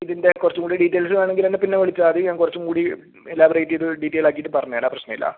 ഇതിൻ്റെ കുറച്ചും കൂടെ ഡീറ്റെയിൽസ് വേണമെങ്കിൽ എന്നെ പിന്നെ വിളിച്ചാൽ മതി ഞാൻ കുറച്ചും കൂടി ഇലാബറേറ്റ് ചെയ്ത് ഡീറ്റൈൽഡ് ആക്കിയിട്ട് പറഞ്ഞു തരാം പ്രശ്നമില്ല